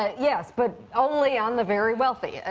yes, but only on the very wealthy.